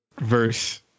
verse